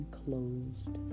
closed